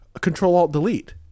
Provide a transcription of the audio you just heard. Control-Alt-Delete